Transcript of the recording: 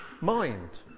mind